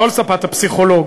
לא על ספת הפסיכולוג,